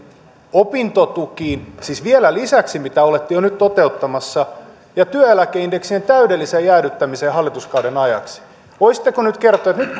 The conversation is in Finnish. opintotukiin siis vielä niiden lisäksi mitä olette jo nyt toteuttamassa ja työeläkeindeksien täydellisestä jäädyttämisestä hallituskauden ajaksi kysyn voisitteko nyt kertoa että nyt